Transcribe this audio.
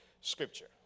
Scripture